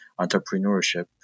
entrepreneurship